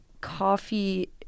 Coffee